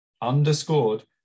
underscored